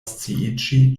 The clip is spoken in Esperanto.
sciiĝi